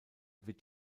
wird